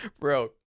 Bro